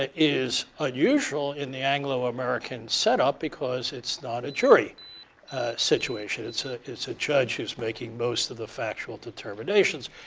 is unusual in the anglo-american setup because it's not a jury situation, it's ah it's a judge who's making most of the factual determinations,